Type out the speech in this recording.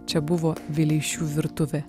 čia buvo vileišių virtuvė